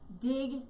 Dig